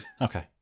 Okay